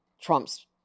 Trump's